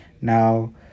Now